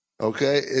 okay